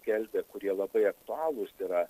skelbia kurie labai aktualūs yra